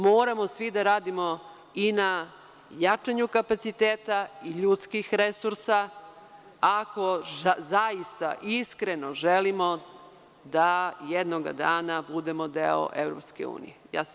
Moramo svi da radimo i na jačanju kapaciteta i ljudskih resursa, ako zaista iskreno želimo da jednog dana budemo deo EU.